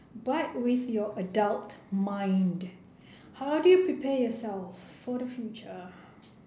but with your adult mind how do you prepare yourself for the future